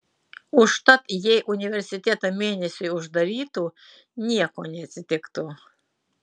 užtat jei universitetą mėnesiui uždarytų nieko neatsitiktų